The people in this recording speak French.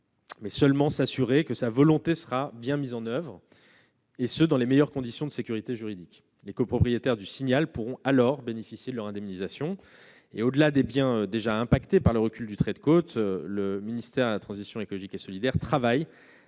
veut seulement s'assurer que sa volonté sera bien mise en oeuvre, et ce dans les meilleures conditions de sécurité juridique. Les copropriétaires du Signal pourront alors bénéficier d'une juste indemnisation. Au-delà des biens déjà affectés par le recul du trait de côte, le ministère de la transition écologique et solidaire travaille